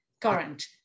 current